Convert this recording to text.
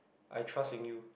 I trust in you